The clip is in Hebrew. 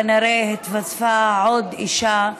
כנראה התווספה עוד אישה,